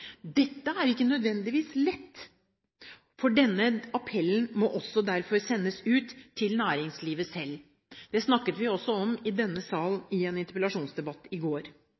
Dette er ikke nødvendigvis lett, og denne appellen må også sendes ut til næringslivet selv. Det snakket vi også om i denne sal i en interpellasjonsdebatt i går.